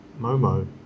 Momo